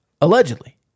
Allegedly